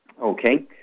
Okay